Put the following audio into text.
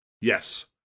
Yes